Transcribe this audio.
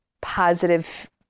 positive